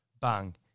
bang